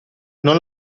non